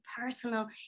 personal